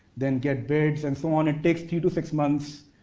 then get bids and so on. it takes two to six months,